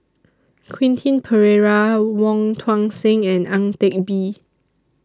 Quentin Pereira Wong Tuang Seng and Ang Teck Bee